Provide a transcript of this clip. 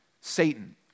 Satan